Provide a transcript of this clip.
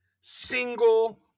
single